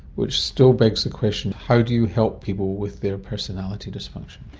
which still begs the question how do you help people with their personality dysfunction?